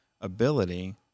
ability